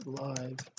live